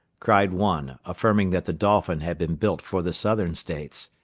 cried one, affirming that the dolphin had been built for the southern states.